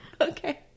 Okay